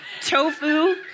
tofu